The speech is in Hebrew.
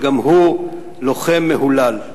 שגם הוא לוחם מהולל.